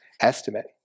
estimate